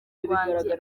rwanjye